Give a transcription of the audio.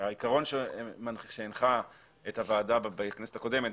שהעיקרון שהנחה את הוועדה בכנסת הקודמת,